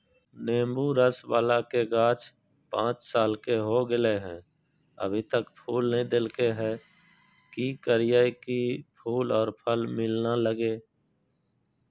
नेंबू रस बाला के गाछ पांच साल के हो गेलै हैं अभी तक फूल नय देलके है, की करियय की फूल और फल मिलना लगे?